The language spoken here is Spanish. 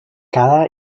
cada